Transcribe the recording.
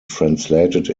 translated